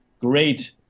great